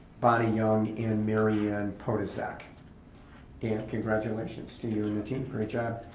bonnie young, and maryanne potisack and congratulations to you and the team. great job.